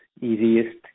easiest